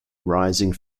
rising